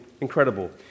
incredible